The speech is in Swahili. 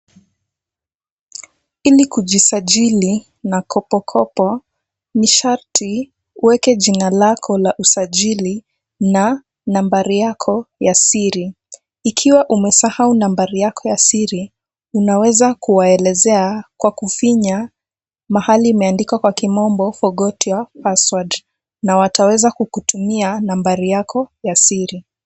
Ili kujisajili na kopo kopo ni sharti uweke jina lako la usajili na nambari yako ya siri. Ikiwa umesahau nambari yako ya siri, unaweza kuwaelezea kwa kufinya mahali imeandikwa kwa kimombo forgot your password na wataweza kukutumia nambari yako ya siri.